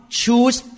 choose